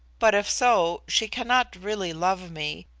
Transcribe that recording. but if so, she cannot really love me,